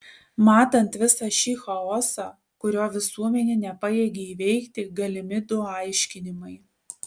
matant visą šį chaosą kurio visuomenė nepajėgia įveikti galimi du aiškinimai